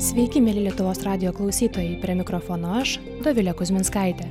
sveiki mieli lietuvos radijo klausytojai prie mikrofono aš dovilė kuzminskaitė